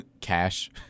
Cash